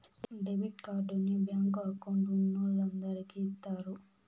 debit కార్డుని bank account ఉన్నోలందరికి ఇత్తారు